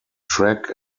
track